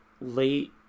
late